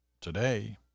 today